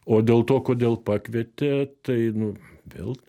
o dėl to kodėl pakvietė tai nu vėl